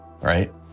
right